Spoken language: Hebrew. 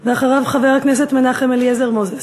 ואחריו, חבר הכנסת מנחם אליעזר מוזס.